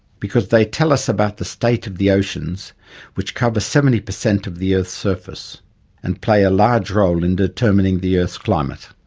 because they tell us about the state of the oceans which cover seventy percent of the earth's surface and play a large role in determining the earth's climate.